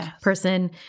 person